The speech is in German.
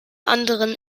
anderen